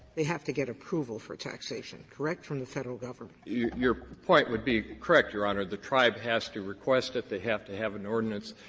they have to get approval for taxation, correct, from the federal government? smith your your point would be correct, your honor. the tribe has to request it. they have to have an ordinance.